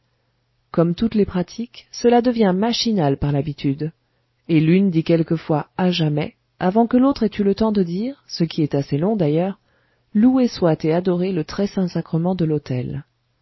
comme toutes les pratiques cela devient machinal par l'habitude et l'une dit quelquefois à jamais avant que l'autre ait eu le temps de dire ce qui est assez long d'ailleurs loué soit et adoré le très saint-sacrement de l'autel